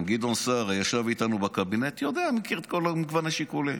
גם גדעון סער שישב איתנו בקבינט יודע ומכיר את כל מגוון השיקולים.